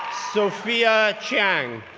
sophiya chiang,